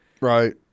Right